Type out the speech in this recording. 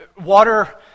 water